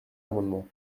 amendements